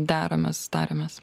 deramės tariamės